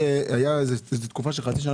אבל היתה תקופה של חצי שנה